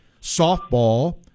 Softball